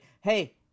hey